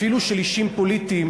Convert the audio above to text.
אפילו של אישים פוליטיים,